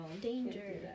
danger